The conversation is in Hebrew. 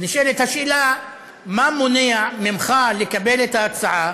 ונשאלת השאלה מה מונע ממך לקבל את ההצעה